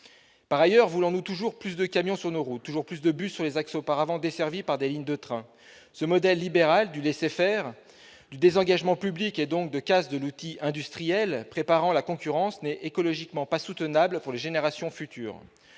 Par ailleurs, voulons-nous toujours plus de camions sur nos routes et toujours plus de bus sur les axes auparavant desservis par des lignes de trains ? Ce modèle libéral, qui est celui du laisser-faire, du désengagement public, donc de la casse de l'outil industriel, préparant la concurrence, n'est écologiquement pas soutenable pour les générations futures.